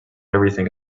everything